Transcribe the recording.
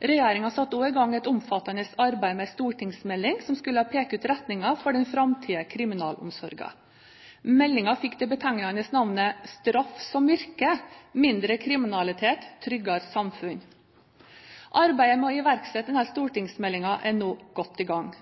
Regjeringen satte også i gang et omfattende arbeid med en stortingsmelding som skulle peke ut retningen for den framtidige kriminalomsorgen. Meldingen fikk det betegnende navnet Straff som virker – mindre kriminalitet – tryggere samfunn. Arbeidet med å iverksette denne stortingsmeldingen er nå godt i gang.